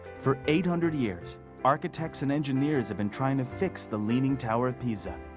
for eight hundred years architects and engineers have been trying to fiix the leaning tower of pisa.